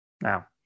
Now